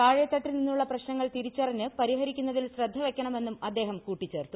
താഴെത്തട്ടിൽ നിന്നുള്ള പ്രശ്നങ്ങൾ തിരിച്ചറിഞ്ഞ് പരിഹരിക്കുന്നതിൽ ശ്രദ്ധ വെക്കണമെന്നും അദ്ദേഹം കൂട്ടിച്ചേർത്തു